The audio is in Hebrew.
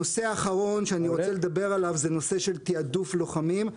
הנושא האחרון שאני רוצה לדבר עליו הוא נושא תיעדוף הלוחמים.